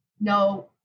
no